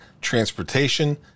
transportation